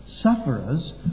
sufferers